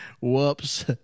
Whoops